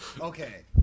Okay